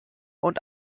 und